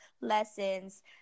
Lessons